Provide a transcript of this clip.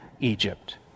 Egypt